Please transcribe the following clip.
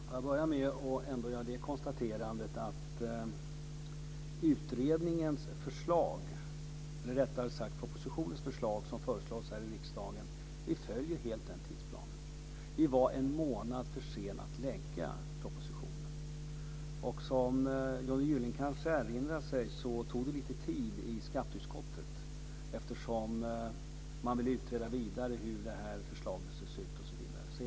Herr talman! Låt mig börja med att ändå göra det konstaterandet att vi helt följer tidsplanen enligt förslagen i den proposition som framlades här i riksdagen. Vi var en månad för sena med att lägga fram propositionen, och som Johnny Gylling kanske erinrar sig tog det lite tid i skatteutskottet, eftersom man ytterligare ville utreda hur förslaget skulle se ut.